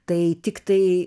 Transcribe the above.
tai tiktai